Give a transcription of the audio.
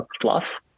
fluff